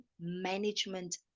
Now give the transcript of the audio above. management